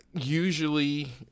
Usually